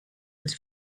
was